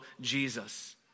Jesus